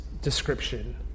description